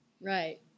right